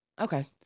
Okay